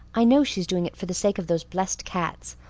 i know she's doing it for the sake of those blessed cats,